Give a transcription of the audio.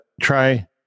try